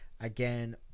Again